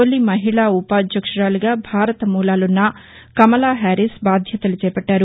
తొలి మహిళా ఉపాధ్యక్షురాలిగా భారత మూలాలున్న కమలా హారిస్ బాధ్యతలు చేపట్గారు